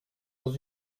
dans